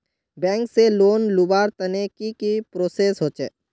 Bank से loan लुबार तने की की प्रोसेस होचे?